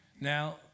Now